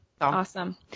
Awesome